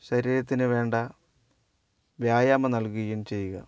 ശരീരത്തിനു വേണ്ട വ്യായാമം നൽകുകയും ചെയ്യുക